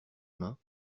mains